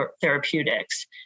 therapeutics